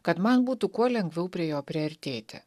kad man būtų kuo lengviau prie jo priartėti